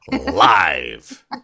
live